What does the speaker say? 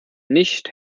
nicht